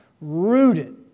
Rooted